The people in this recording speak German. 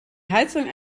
heizung